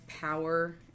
power